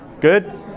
Good